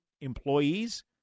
employees